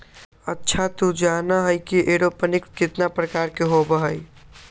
अच्छा तू जाना ही कि एरोपोनिक्स कितना प्रकार के होबा हई?